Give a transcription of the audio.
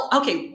okay